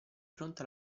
fronte